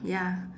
ya